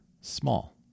small